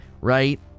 Right